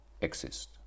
exist